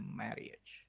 marriage